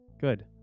Good